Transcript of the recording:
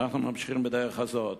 ואנחנו ממשיכים בדרך הזאת,